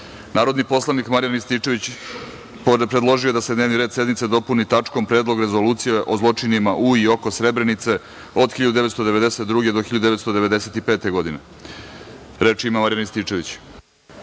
predlog. Narodni poslanik Marijan Rističević predložio je da se dnevni red sednice dopuni tačkom – Predlog rezolucije o zločinima u i oko Srebrenice od 1992. do 1995. godine. Reč ima Marijan Rističević.